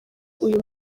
uyu